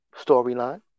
storyline